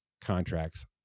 contracts